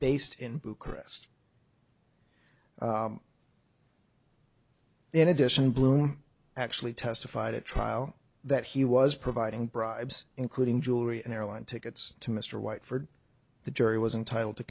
based in bucharest in addition bloom actually testified at trial that he was providing bribes including jewelry and airline tickets to mr white for the jury was entitled to